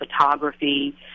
photography